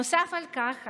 נוסף על כך,